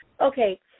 Okay